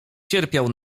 cierpiał